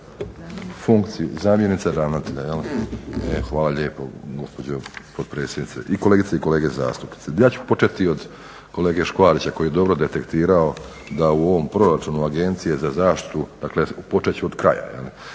funkciju, zamjenice ravnatelja. Hvala lijepo gospođo potpredsjednice i kolegice i kolege zastupnici. Ja ću početi od kolege Škvarića koji je dobro detektirao da u ovom proračunu Agencije za zaštitu, dakle počet ću od kraja, za